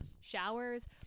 showers